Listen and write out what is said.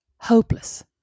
Hopeless